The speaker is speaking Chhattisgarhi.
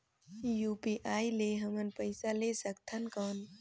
यू.पी.आई ले हमन पइसा ले सकथन कौन?